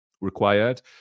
required